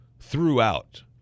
throughout